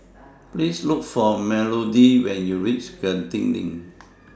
Please Look For Melodee when YOU REACH Genting LINK